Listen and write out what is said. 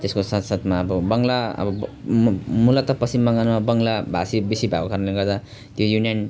त्यसको साथ साथमा अब बङ्ग्ला अब म मूलतः पश्चिम बङ्गालमा बङ्ग्ला भाषी बेसी भएको कारणले गर्दा त्यो युनियन